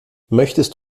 möchtest